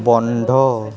বন্ধ